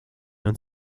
non